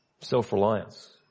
self-reliance